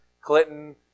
Clinton